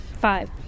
Five